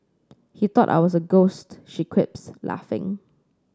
he thought I was a ghost she quips laughing